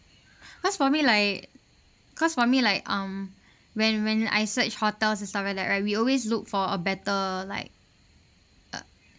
cause for me like cause for me like um when when I search hotels and stuff like that right we always look for a better like